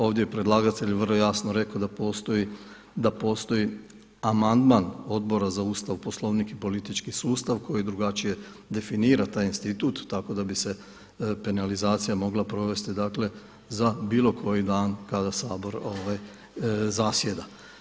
Ovdje je predlagatelj vrlo jasno rekao da postoji amandman Odbora za Ustav, Poslovnik i politički sustav koji drugačije definira taj institut tako da bi se penalizacija mogla provesti dakle za bilo koji dan kada Sabor zasjeda.